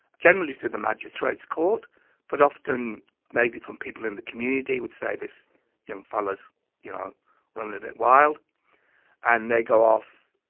generally through the magistrate's court but often maybe from people in the community, would say this young fella's you know running a bit wild and they go off